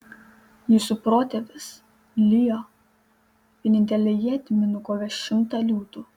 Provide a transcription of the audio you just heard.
jūsų protėvis lijo vienintele ietimi nukovęs šimtą liūtų